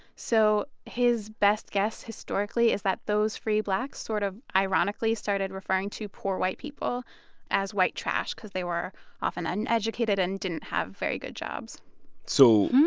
so his best guess, historically, is that those free blacks sort of ironically started referring to poor white people as white trash because they were often uneducated and didn't have very good jobs so.